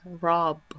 Rob